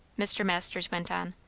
mr. masters went on.